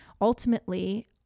ultimately